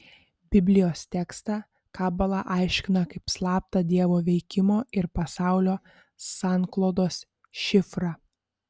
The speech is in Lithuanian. biblijos tekstą kabala aiškina kaip slaptą dievo veikimo ir pasaulio sanklodos šifrą